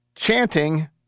Chanting